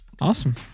awesome